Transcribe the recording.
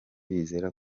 bizera